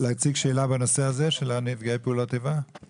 לעניין נכה בעל דרגת נכות מיוחדת המתגורר בדירה בבעלות משרד